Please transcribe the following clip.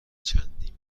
چندین